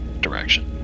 direction